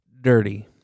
Dirty